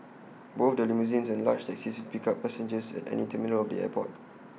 both the limousines and large taxis will pick up passengers at any terminal of the airport